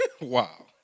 Wow